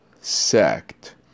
sect